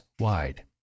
wide